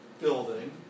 building